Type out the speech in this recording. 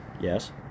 Yes